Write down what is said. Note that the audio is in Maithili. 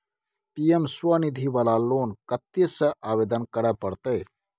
पी.एम स्वनिधि वाला लोन कत्ते से आवेदन करे परतै?